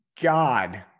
God